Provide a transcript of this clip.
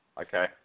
Okay